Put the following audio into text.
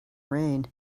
rain